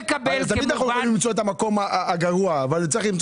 תמיד אפשר למצוא את המקום הגרוע אבל צריך למצוא